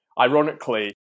Ironically